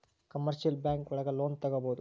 commercial bank ಒಳಗ loan ತಗೊಬೋದು